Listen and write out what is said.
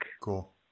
Cool